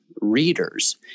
readers